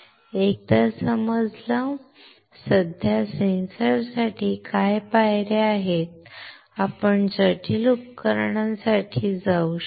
एकदा समजलं साध्या सेन्सरसाठी काय पायऱ्या आहेत आपण जटिल उपकरणांसाठी जाऊ शकता